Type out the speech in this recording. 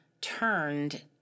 turned